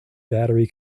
battery